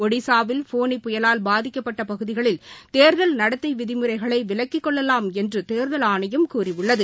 ஒடிசாவில் ஃபோனி புயலால் பாதிக்கப்பட்ட பகுதிகளில் தேர்தல் நடத்தை விதிமுறைகளை விலக்கிக் கொள்ளலாம் என்று தேர்தல் ஆணையம் கூறியுள்ளது